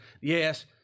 yes